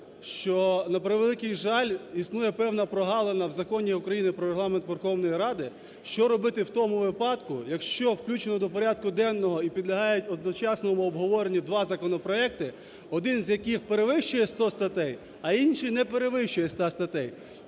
що на превеликий жаль існує певна прогалина у Законі України "Про Регламент Верховної Ради", що робити у тому випадку, якщо включено до порядку денного і підлягають одночасному обговоренню два законопроекти, один з яких перевищує 100 статей, а інший не перевищує 100 статей.